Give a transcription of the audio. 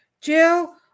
Jill